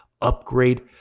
upgrade